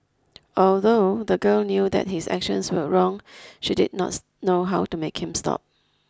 although the girl knew that his actions were wrong she did not knows know how to make him stop